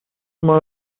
مان